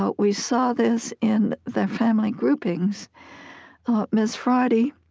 but we saw this in their family groupings miss friday